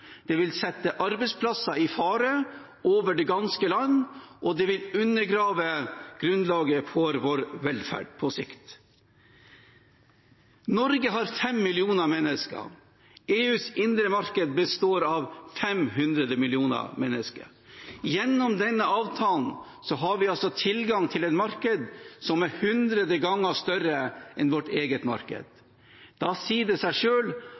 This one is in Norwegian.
det vil sette arbeidsplasser i fare over det ganske land, og det vil undergrave grunnlaget for vår velferd på sikt. Norge har 5 millioner mennesker, og EUs indre marked består av 500 millioner mennesker. Gjennom denne avtalen har vi altså tilgang til et marked som er 100 ganger større enn vårt eget marked. Da sier det seg